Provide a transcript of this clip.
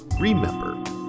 remember